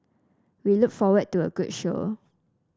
we look forward to a good show